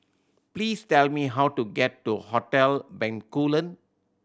please tell me how to get to Hotel Bencoolen